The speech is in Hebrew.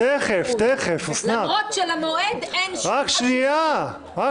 למרות שלמועד אין שום חשיבות.